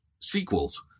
sequels